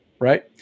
right